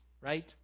right